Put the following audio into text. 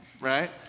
right